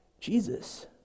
Jesus